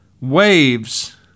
waves